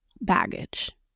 baggage